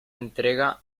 entrega